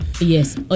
Yes